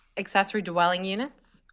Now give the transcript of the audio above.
accessory dwelling units,